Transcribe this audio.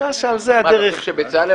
אתה חושב שבצלאל,